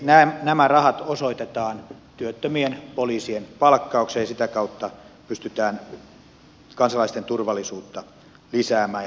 eli nämä rahat osoitetaan työttömien poliisien palkkaukseen ja sitä kautta pystytään kansalaisten turvallisuutta lisäämään ja parantamaan sitä